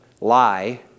lie